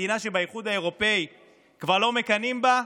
מדינה שבאיחוד האירופי כבר לא מקנאים בה,